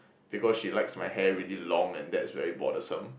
because she likes my hair really long and that's very bothersome